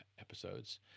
episodes